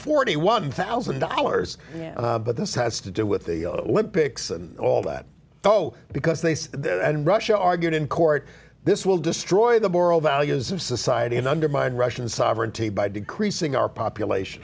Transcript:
forty one thousand dollars but this has to do with the olympics and all that though because they and russia argued in court this will destroy the moral values of society and undermine russian sovereignty by decreasing our population